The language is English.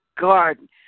Garden